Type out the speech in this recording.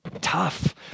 Tough